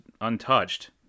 untouched